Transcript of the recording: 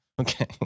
Okay